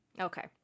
Okay